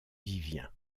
vivien